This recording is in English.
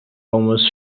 almost